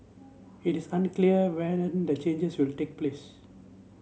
it is unclear when the changes will take place